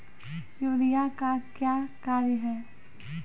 Urea का क्या कार्य हैं?